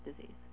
disease